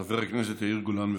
חבר הכנסת יאיר גולן.